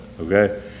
okay